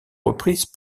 reprise